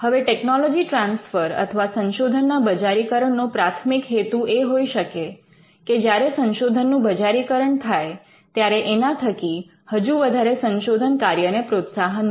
હવે technology transfer અથવા સંશોધનના બજારીકરણ નો પ્રાથમિક હેતુ એ હોઈ શકે કે જ્યારે સંશોધનનું બજારીકરણ થાય ત્યારે એના થકી હજુ વધારે સંશોધન કાર્યને પ્રોત્સાહન મળે